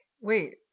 Wait